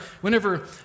whenever